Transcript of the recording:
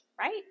Right